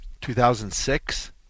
2006